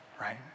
right